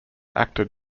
actor